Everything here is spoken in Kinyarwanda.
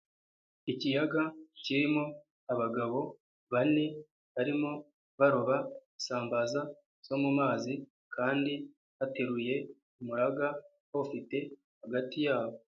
Ikiyaga kirimo abagabo bane barimo baroba isambaza zo mu mazi kandi bateruye umuraga bawufite hagati yabo.